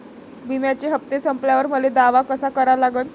बिम्याचे हप्ते संपल्यावर मले दावा कसा करा लागन?